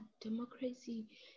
democracy